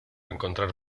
encontrar